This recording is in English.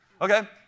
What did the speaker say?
okay